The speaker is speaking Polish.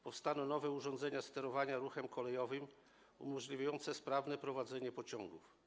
Powstaną nowe urządzenia do sterowania ruchem kolejowym umożliwiające sprawne prowadzenie pociągów.